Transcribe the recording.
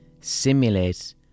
simulate